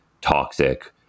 toxic